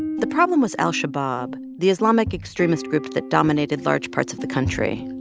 the problem was al-shabab, the islamic extremist group that dominated large parts of the country.